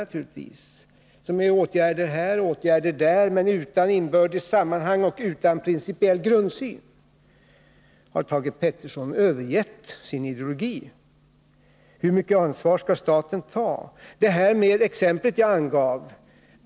Det rör sig om åtgärder här och åtgärder där utan inbördes sammanhang och utan principiell grundsyn. Har Thage Peterson övergett sin ideologi? Hur mycket ansvar skall staten ta? Jag tog ett exempel.